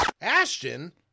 Ashton